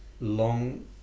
long